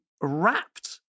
wrapped